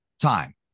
time